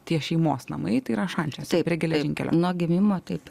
tie šeimos namai tai yra šančiuose prie geležinkelio nuo gimimo taip